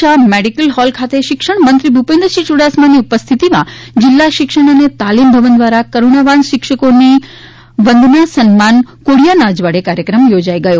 Shah medical hall ખાતે શિક્ષણમંત્રી ભૂપેન્દ્રસિંહ યૂડાસમાની ઉપસ્થિતિમાં જિલ્લા શિક્ષણ અને તાલીમ ભવન દ્વારા કરૂણાવાન શિક્ષકોની વંદના સન્માન કોડીયાના અજવાળે કાર્યક્રમ યોજાયો